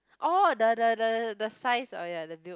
oh the the the the size oh ya the build